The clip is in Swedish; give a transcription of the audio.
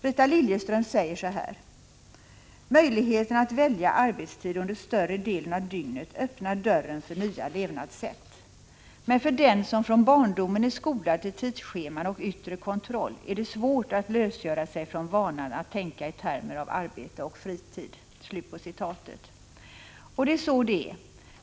Rita Liljeström säger så här: ”Möjligheten att välja arbetstid under större delen av dygnet öppnar dörren för nya levnadssätt. Men för den som från barndomen är skolad till tidsscheman och yttre kontroll är det svårt att lösgöra sig från vanan att tänka i termer av arbete och fritid.” Det är så det förhåller sig.